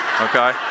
okay